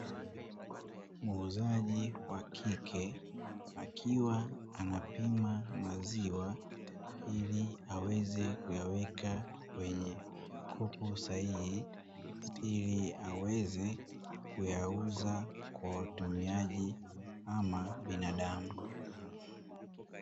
Muuzaji wa kike akiwa anapima maziwa, ili aweze kuyaweka kwenye kopo sahihi ili aweze kuyauza kwa watumiaji ama binadamu.